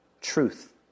Truth